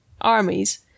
armies